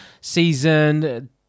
Season